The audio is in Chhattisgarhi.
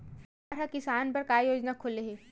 सरकार ह किसान बर का योजना खोले हे?